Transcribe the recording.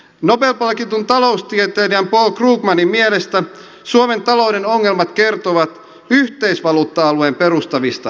nobel palkitun taloustieteilijän paul krugmanin mielestä suomen talouden ongelmat kertovat yhteisvaluutta alueen perustavista heikkouksista